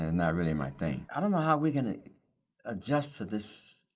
and not really my thing. i don't know how we're gonna adjust to this